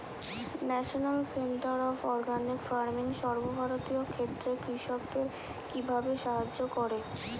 National centre of organic farming সর্বভারতীয় ক্ষেত্রে কৃষকদের কিভাবে সাহায্য করে?